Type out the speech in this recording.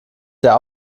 sehr